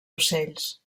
ocells